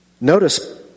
notice